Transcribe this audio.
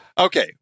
okay